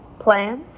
Plans